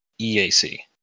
EAC